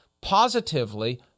positively